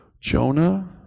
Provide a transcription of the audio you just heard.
Jonah